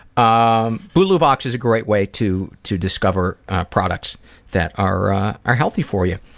ah bulu box is a great way to to discover products that are are healthy for you.